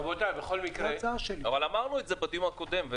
אבל אמרנו את זה בדיון הקודם,